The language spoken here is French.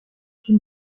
une